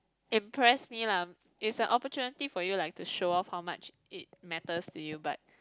impress me lah it's an opportunity for you like to show off how much it matters to you but